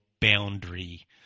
boundary